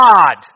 God